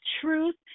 truth